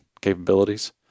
capabilities